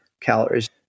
calories